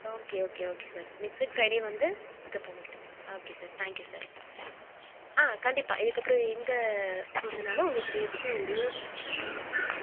okay okay okay sir next week Friday வந்து pick up பண்ணிக்கிறீங் okay sir thank you sir ஆ கண்டிப்பாக இதுக்கப்பறோம் எங்கே போகிறதுனாலும் உங்கள்கிட்டயே புக் பண்ணிக்கிறோம் ஓகே சார் தேங்க்யூ